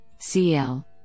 CL